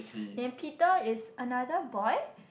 then Peter is another boy